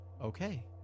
Okay